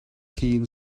hun